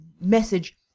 message